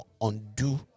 undo